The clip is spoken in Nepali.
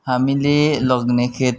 हामीले लाने खेत